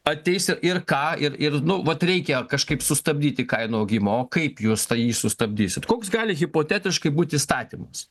ateisi ir ką ir ir nu vat reikia kažkaip sustabdyti kainų augimo o kaip jūs jį sustabdysit koks gali hipotetiškai būt įstatymas